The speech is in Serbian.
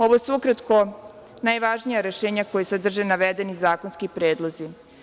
Ovo su ukratko najvažnija rešenja koja sadrže navedeni zakonski predlozi.